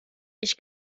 ich